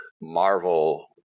Marvel